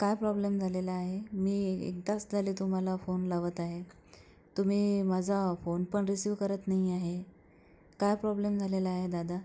काय प्रॉब्लेम झालेला आहे मी एक तास झाले तुम्हाला फोन लावत आहे तुम्ही माझा फोन पण रिसीव करत नाही आहे काय प्रॉब्लेम झालेला आहे दादा